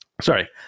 Sorry